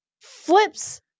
flips